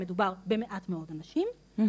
מדובר במעט מאוד נשים,